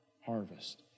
harvest